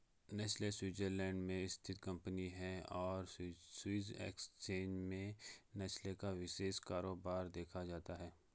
Nestle Switzerland में स्थित company है और स्विस एक्सचेंज में नेस्ले का विशेष कारोबार देखा जाता है